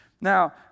Now